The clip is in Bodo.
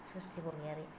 सस्थि बरगयारी